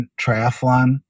triathlon